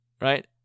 Right